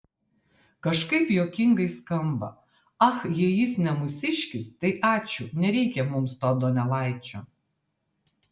kažkaip juokingai skamba ach jei jis ne mūsiškis tai ačiū nereikia mums to donelaičio